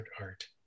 art